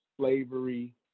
slavery